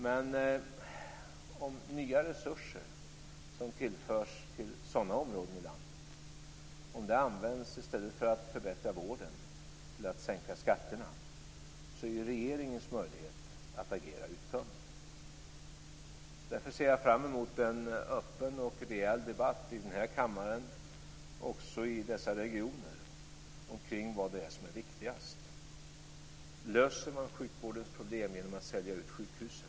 Men om nya resurser som tillförs sådana områden i landet i stället för att användas till att förbättra vården används till att sänka skatterna är ju regeringens möjlighet att agera uttömd. Därför ser jag fram emot en öppen och rejäl debatt i den här kammaren och också i dessa regioner omkring vad det är som är viktigast. Löser man sjukvårdens problem genom att sälja ut sjukhusen?